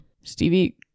stevie